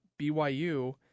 BYU